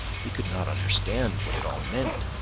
he could not understand what it all meant.